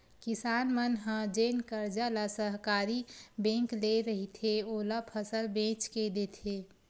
किसान मन ह जेन करजा ल सहकारी बेंक ले रहिथे, ओला फसल बेच के देथे